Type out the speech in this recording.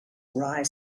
rye